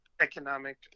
economic